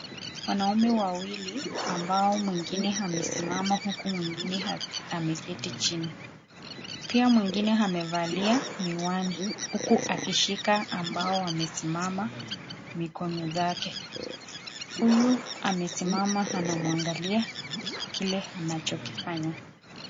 Wanaume wawili ambao mwengine amesimama na huku mwengine ameketi chini, pia mwengine amevalia miwani huku akishika ambao amesimama mikono zake. Huyu amesimama anamwangalia kile anachokifanya.